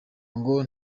ngo